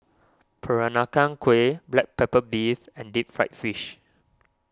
Peranakan Kueh Black Pepper Beef and Deep Fried Fish